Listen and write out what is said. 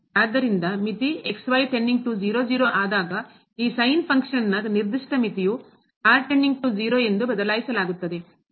ಆದ್ದರಿಂದ ಮಿತಿ ಆದಾಗ ಈ sin ಫಂಕ್ಷನ್ ನ ಕಾರ್ಯದ ನಿರ್ದಿಷ್ಟ ಮಿತಿಯು ಎಂದು ಬದಲಾಯಿಸಲಾಗುತ್ತದೆ